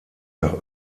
nach